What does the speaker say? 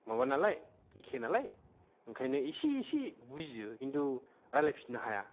माबा नालाय एखे नालाय ओंखायनो एसे एसे बुजियो खिन्थु रायलायफिननो हाया